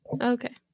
Okay